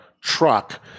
truck